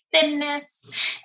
thinness